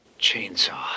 chainsaw